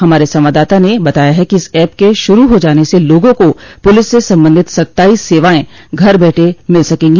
हमारे संवाददाता न बताया है कि इस एप के शुरू हो जाने से लोगों को पुलिस से संबंधित सत्ताईस सेवाएं घर बैठे मिल सकेगी